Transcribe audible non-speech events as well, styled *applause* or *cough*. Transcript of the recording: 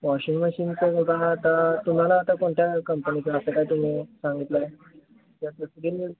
washing मशीनचं बघा आता तुम्हाला आता कोणत्या कंपनीचा असं काही तुम्ही सांगितलं आहे *unintelligible*